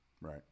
Right